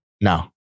No